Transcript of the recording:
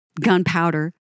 Gunpowder